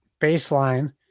baseline